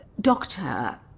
Doctor